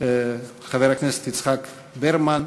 חבר הכנסת יצחק ברמן,